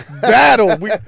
battle